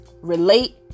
relate